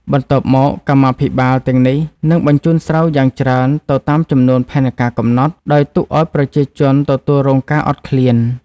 បន្ទាប់មកកម្មាភិបាល ទាំងនេះនឹងបញ្ជូនស្រូវយ៉ាងច្រើនទៅតាមចំនួនផែនការកំណត់ ដោយទុកឱ្យប្រជាជនទទួលរងការអត់ឃ្លាន។